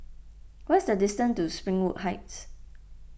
what is the distance to Springwood Heights